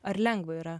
ar lengva yra